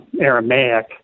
Aramaic